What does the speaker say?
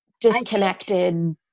disconnected